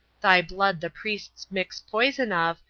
thy blood the priests mix poison of,